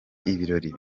ibirori